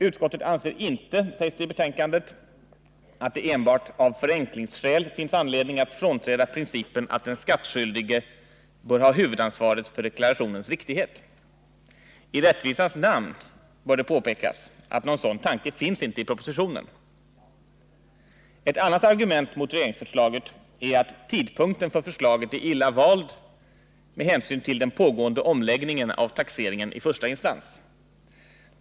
Utskottet anser inte, sägs det i betänkandet, ”att det enbart av förenklingsskäl finns anledning att frånträda principen att den skattskyldige bör ha huvudansvaret för deklarationens riktighet”. I rättvisans namn bör det påpekas att någon sådan tanke inte finns i propositionen. Ett annat argument mot regeringsförslaget är att tidpunkten för förslaget är illa vald ”med hänsyn till den pågående omläggningen av taxeringen i första instans”.